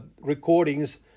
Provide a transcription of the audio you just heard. recordings